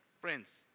friends